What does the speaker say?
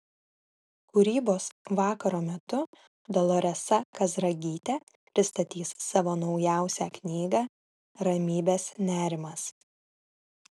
kūrybos vakaro metu doloresa kazragytė pristatys savo naujausią knygą ramybės nerimas